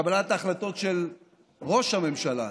קבלת ההחלטות של ראש הממשלה.